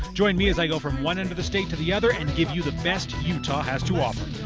join me as i go from one end of the state to the other and give you the best utah has to offer.